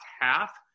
half